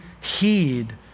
heed